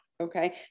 okay